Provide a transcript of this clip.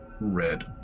red